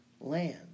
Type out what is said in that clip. land